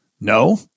No